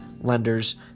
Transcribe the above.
lenders